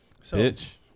bitch